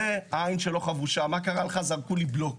זה העין שלו חבושה, זרקו עליו בלוק,